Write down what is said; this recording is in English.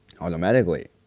automatically